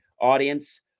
audience